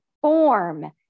form